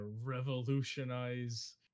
revolutionize